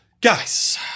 Guys